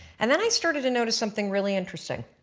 and then i started to notice something really interesting,